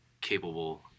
capable